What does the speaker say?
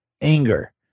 anger